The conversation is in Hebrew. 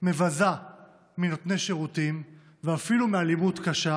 מבזה מנותני שירותים ואפילו מאלימות קשה,